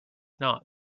not